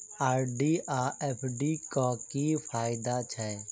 RD आ FD क की फायदा छै?